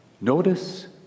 Notice